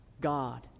God